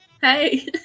Hey